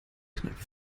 knapp